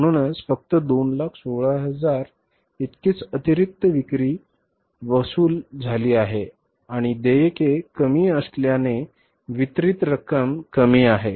म्हणूनच फक्त 216000 इतकीच अतिरिक्त विक्री विक्रीतून वसूल झाली आहे आणि देयके कमी असल्याने वितरित रक्कम कमी आहे